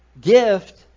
gift